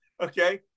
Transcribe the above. okay